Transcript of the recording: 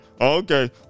okay